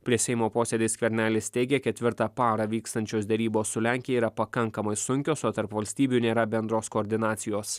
prieš seimo posėdį skvernelis teigė ketvirtą parą vykstančios derybos su lenkija yra pakankamai sunkios o tarp valstybių nėra bendros koordinacijos